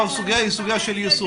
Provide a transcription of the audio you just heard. הסוגיה היא סוגיה של יישום.